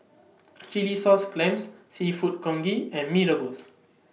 Chilli Sauce Clams Seafood Congee and Mee Rebus